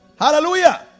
Hallelujah